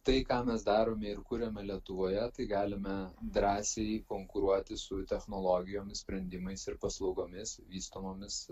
tai ką mes darome ir kuriame lietuvoje tai galime drąsiai konkuruoti su technologijomis sprendimais ir paslaugomis vystomomis